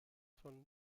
von